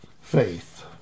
faith